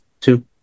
two